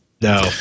No